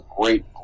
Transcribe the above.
great